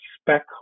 spec